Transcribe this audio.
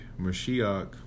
mashiach